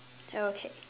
okay